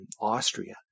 Austria